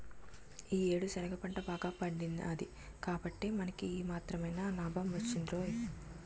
ఈ యేడు శనగ పంట బాగా పండినాది కాబట్టే మనకి ఈ మాత్రమైన నాబం వొచ్చిందిరా